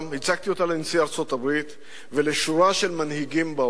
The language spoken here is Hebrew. הצגתי אותה לנשיא ארצות-הברית ולשורה של מנהיגים בעולם.